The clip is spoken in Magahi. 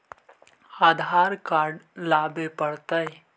आधार कार्ड लाबे पड़तै?